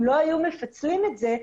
אם לא היו מפצלים את זה,